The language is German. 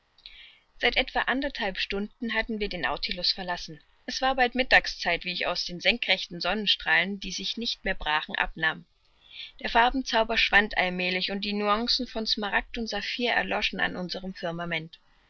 seit etwa anderthalb stunden hatten wir den nautilus verlassen es war bald mittagszeit wie ich aus den senkrechten sonnenstrahlen die sich nicht mehr brachen abnahm der farbenzauber schwand allmälig und die nüancen von smaragd und saphir erloschen an unserem firmament